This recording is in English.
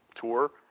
tour